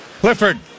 Clifford